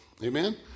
Amen